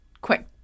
quick